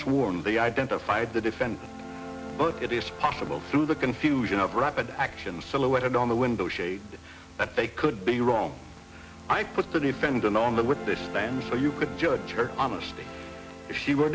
sworn they identified the defense but it is possible through the confusion of rapid action silhouetted on the window shade that they could be wrong i put the need bend down on the witness stand so you can judge her honesty if she were